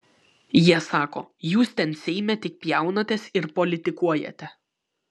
jie sako jūs ten seime tik pjaunatės ir politikuojate